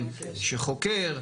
שחוקר,